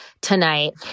Tonight